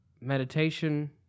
Meditation